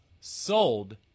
sold